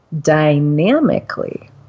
dynamically